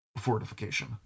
fortification